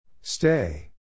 Stay